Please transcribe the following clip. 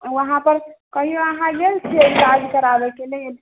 वहाँपर कहियो अहाँ गेल छियै इलाज कराबयके लेल